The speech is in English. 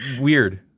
Weird